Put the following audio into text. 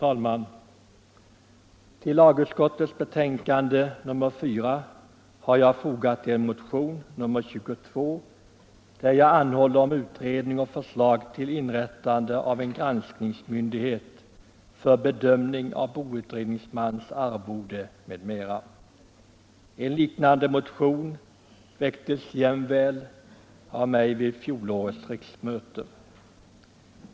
Herr talman! I lagutskottets betänkande nr 4 behandlas min motion nr 22, där jag anhåller om utredning och förslag till inrättande av en granskningsmyndighet för bedömning av skälighet i boutredningsmans arvode m.m. En liknande motion väcktes av mig jämväl vid fjolårets riksdag.